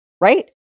right